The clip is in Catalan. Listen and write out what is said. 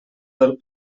del